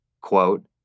Quote